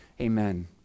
amen